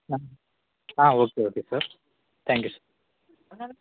okay okay sir thank you sir